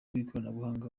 bw’ikoranabuhanga